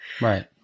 Right